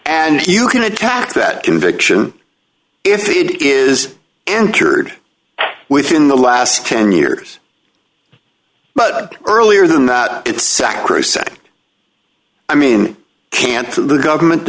and you can attack that conviction if it is entered within the last ten years but earlier than that it's sacrosanct i mean can't the government